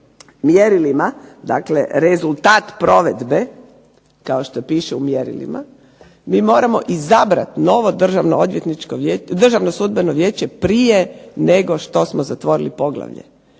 mjerilima, dakle rezultat provedbe, kao što piše u mjerilima. Mi moramo izabrati novo Državno sudbeno vijeće prije nego što smo zatvorili poglavlje.